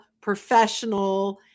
professional